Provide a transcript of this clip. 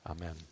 Amen